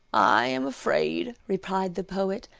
i am afraid, replied the poet,